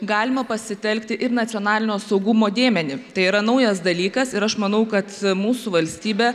galima pasitelkti ir nacionalinio saugumo dėmenį tai yra naujas dalykas ir aš manau kad mūsų valstybė